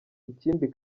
ikindi